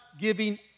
giving